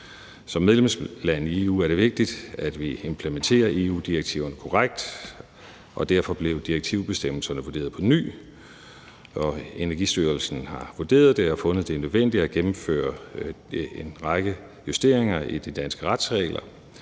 Som medlemsland i EU er det vigtigt, at vi implementerer EU-direktiverne korrekt, og derfor blev direktivbestemmelserne vurderet på ny. Energistyrelsen har vurderet det og fundet, at det er nødvendigt at gennemføre en række justeringer i de danske retsregler.